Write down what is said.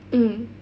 mm